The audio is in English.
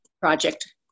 project